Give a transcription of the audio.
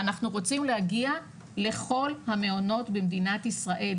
ואנחנו רוצים להגיע לכל המעונות במדינת ישראל.